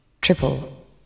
triple